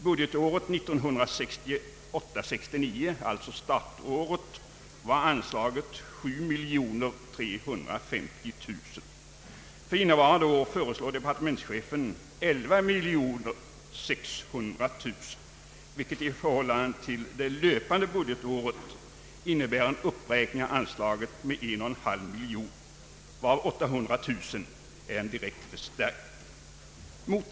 Budgetåret 1968 71 föreslår departementschefen 11 600 000 kronor, vilket belopp i förhållande till löpande budgetår innebär en anslagsuppräkning med 1 500 000 kronor, varav 800 000 kronor är en direkt förstärkning.